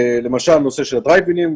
למשל נושא של הדרייב אינים,